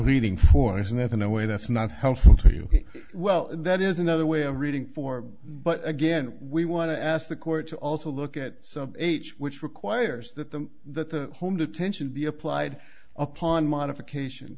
leading foreigners and that in a way that's not helpful to you well that is another way a reading for but again we want to ask the court to also look at some h which requires that the home detention be applied upon modification